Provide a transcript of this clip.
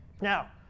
now